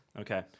Okay